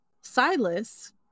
silas